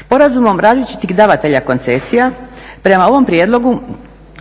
sporazumom različitih davatelja koncesija prema ovom prijedlogu